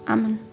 Amen